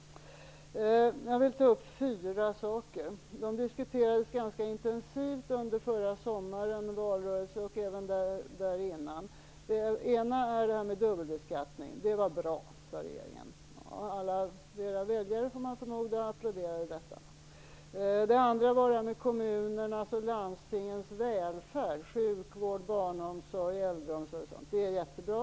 Jag vill ta upp fyra saker som diskuterades ganska intensivt under förra sommaren och under valrörelsen. Den ena gäller dubbelbeskattningen. Det var bra, sade regeringen. Man får förmoda att alla era väljare applåderade detta. Den andra gäller kommunernas och landstingens välfärd - sjukvård, barnomsorg, äldreomsorg, osv.